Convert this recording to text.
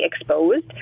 exposed